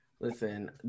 listen